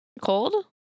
cold